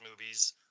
movies